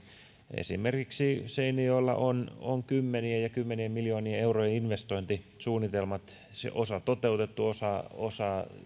esimerkiksi seinäjoella on on kymmenien ja kymmenien miljoonien eurojen investointisuunnitelmat osa toteutettu osa osa